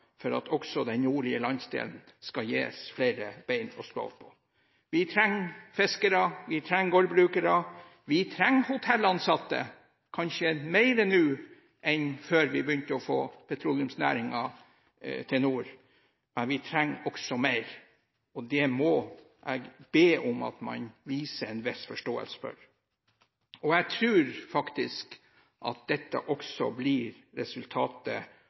trenger fiskere, vi trenger gårdbrukere, vi trenger hotellansatte – kanskje mer nå enn før vi begynte å få petroleumsnæringen til nord – men vi trenger også mer. Det må jeg be om at man viser en viss forståelse for. Jeg tror faktisk at dette også blir resultatet